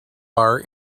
bar